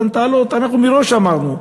אותן טענות אנחנו מראש אמרנו,